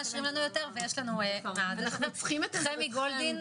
לא מאשרים לנו יותר ויש לנו את חמי גולדין,